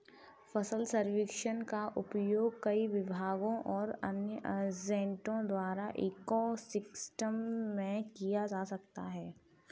फसल सर्वेक्षण का उपयोग कई विभागों और अन्य एजेंटों द्वारा इको सिस्टम में किया जा सकता है